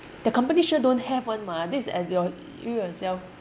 their company sure don't have [one] mah this is at your you yourself